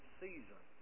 season